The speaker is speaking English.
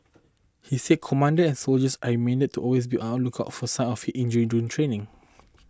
he said commander and soldiers are reminded to always be outlook of for sign of injury during training